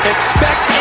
Expect